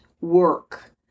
work